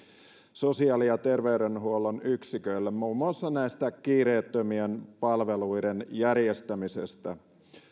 sosiaali ja terveydenhuollon yksiköille muun muassa näiden kiireettömien palveluiden järjestämisestä